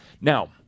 Now